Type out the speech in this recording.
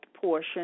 portion